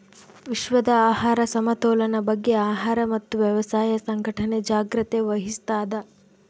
ವಿಶ್ವದ ಆಹಾರ ಸಮತೋಲನ ಬಗ್ಗೆ ಆಹಾರ ಮತ್ತು ವ್ಯವಸಾಯ ಸಂಘಟನೆ ಜಾಗ್ರತೆ ವಹಿಸ್ತಾದ